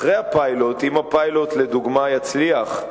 אחרי הפיילוט, אם הפיילוט לדוגמה יצליח,